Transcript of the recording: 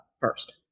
First